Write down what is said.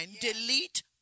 delete